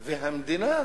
והמדינה,